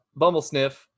Bumblesniff